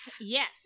yes